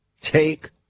Take